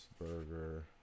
burger